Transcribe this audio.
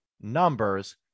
numbers